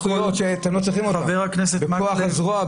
שאתם לא צריכים אותנו --- חה"כ מקלב --- בכוח הזרוע,